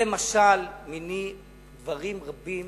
זה משל מני דברים רבים